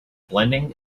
blending